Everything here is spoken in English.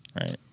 Right